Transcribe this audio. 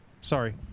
Sorry